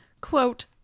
quote